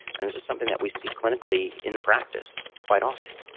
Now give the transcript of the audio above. and this is something that we see clinically in the practice quite often.